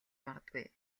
магадгүй